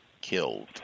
killed